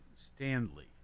Stanley